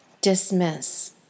dismiss